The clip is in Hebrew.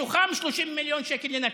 מתוכם 30 מיליון שקל לנצרת.